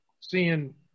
seeing